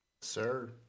sir